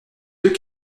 deux